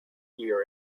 hear